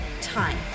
time